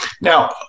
Now